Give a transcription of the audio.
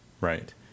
right